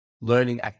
learning